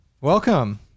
Welcome